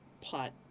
pot